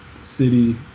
city